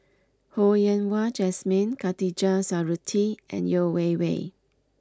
Ho Yen Wah Jesmine Khatijah Surattee and Yeo Wei Wei